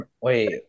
wait